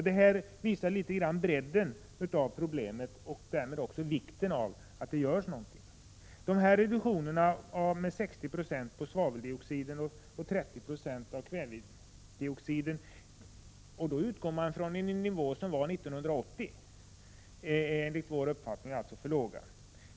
Detta visar bredden av problemet och därmed också vikten av att det görs någonting. Reduktionerna med 60 26 av svaveldioxiden och 30 96 av kvävedioxiden med utgångspunkt i 1980 års nivå är enligt vår uppfattning för små.